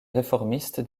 réformiste